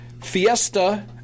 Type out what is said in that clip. Fiesta